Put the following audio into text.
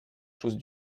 choses